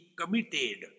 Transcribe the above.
committed